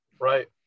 right